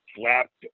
slapped